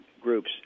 groups